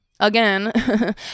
Again